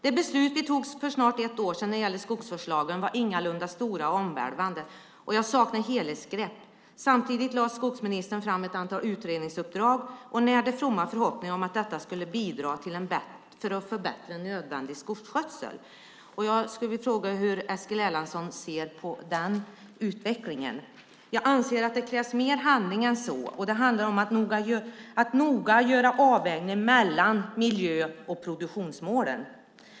De beslut vi tog för snart ett år sedan när det gällde skogsvårdslagen var ingalunda stora och omvälvande. Jag saknar helhetsgrepp. Samtidigt lade skogsministern fram ett antal utredningsuppdrag och närde fromma förhoppningar om att detta skulle bidra till att förbättra nödvändig skogsskötsel. Jag skulle vilja fråga hur Eskil Erlandsson ser på den utvecklingen. Jag anser att det krävs mer handling än så. Det handlar om att noga göra avvägningar mellan miljö och produktionsmålen.